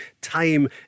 time